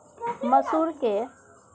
मसूर के कीट के नियंत्रण के उपाय की छिये?